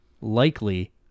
likely